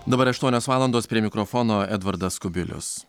dabar aštuonios valandos prie mikrofono edvardas kubilius